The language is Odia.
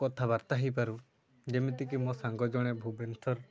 କଥାବାର୍ତ୍ତା ହେଇପାରୁ ଯେମିତିକି ମୋ ସାଙ୍ଗ ଜଣେ ଭୁବନେଶ୍ୱର